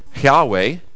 yahweh